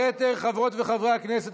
יתר חברות וחברי הכנסת,